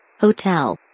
Hotel